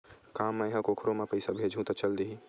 का मै ह कोखरो म पईसा भेजहु त चल देही?